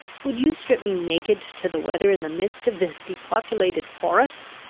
would you strip me naked to the weather in the midst of this depopulated forest?